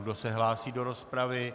Kdo se hlásí do rozpravy?